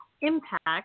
Impact